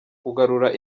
kugarura